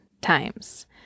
times